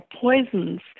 poisons